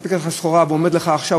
שסיפק לך סחורה ועומד לך עכשיו,